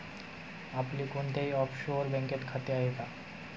आपले कोणत्याही ऑफशोअर बँकेत खाते आहे का?